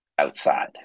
outside